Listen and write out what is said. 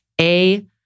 A-